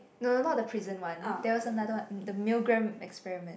no no not the prison one there was another one the Milgram experiment